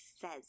says